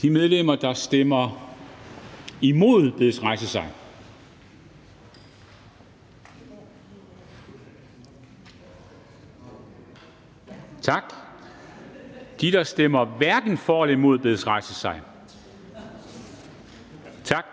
De, der stemmer imod, bedes rejse sig. Tak. De, der stemmer hverken for eller imod, bedes rejse sig. Tak.